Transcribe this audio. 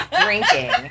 drinking